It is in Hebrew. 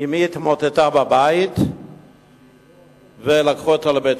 אמי התמוטטה בבית ולקחו אותה לבית-חולים.